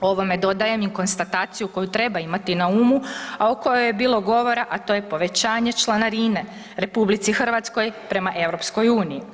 Ovom dodajem i konstataciju koju treba imati na umu, a o kojoj je bilo govora, a to je povećanje članarine RH prema EU.